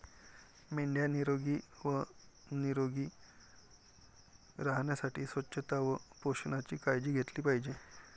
मेंढ्या निरोगी व निरोगी राहण्यासाठी स्वच्छता व पोषणाची काळजी घेतली पाहिजे